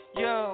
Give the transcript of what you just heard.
yo